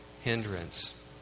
hindrance